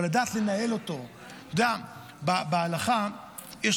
אבל יש לדעת לנהל אותו.